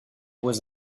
was